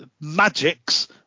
magics